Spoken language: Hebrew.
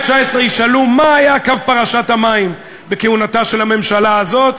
ישאלו: מה היה קו פרשת המים בכהונתה של הממשלה הזאת?